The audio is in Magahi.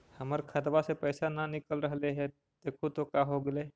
हमर खतवा से पैसा न निकल रहले हे देखु तो का होगेले?